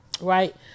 right